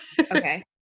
okay